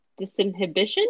disinhibition